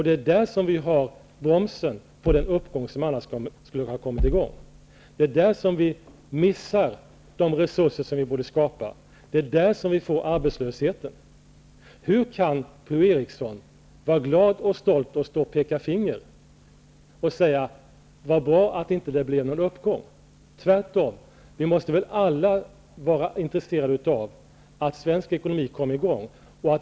Det är där vi har bromsen på den uppgång som annars skulle ha kommit i gång. Det är där vi missar de resurser som vi borde skapa. Det är där vi får arbetslösheten. Hur kan Per-Ola Eriksson vara glad och stolt och peka finger och säga: Så bra att det inte blev någon uppgång! Vi måste tvärtom alla vara intresserade av att svensk ekonomi kommer i gång.